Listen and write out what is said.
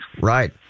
Right